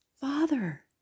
Father